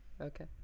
Okay